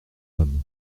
hommes